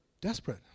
desperate